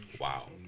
Wow